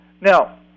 Now